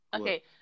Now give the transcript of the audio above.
Okay